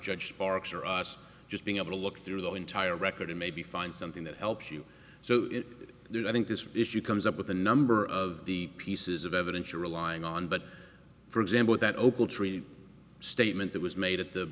judge barak's or us just being able to look through the entire record and maybe find something that helps you so it did i think this issue comes up with a number of the pieces of evidence you're relying on but for example that opal treaty statement that was made at the